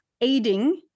aiding